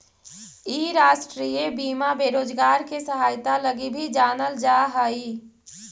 इ राष्ट्रीय बीमा बेरोजगार के सहायता लगी भी जानल जा हई